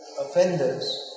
offenders